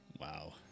wow